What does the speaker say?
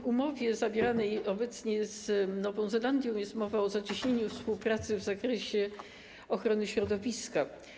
W umowie zawieranej obecnie z Nową Zelandią jest mowa o zacieśnieniu współpracy w zakresie ochrony środowiska.